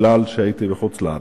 כי הייתי בחוץ-לארץ,